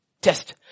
Test